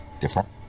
different